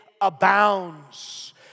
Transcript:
abounds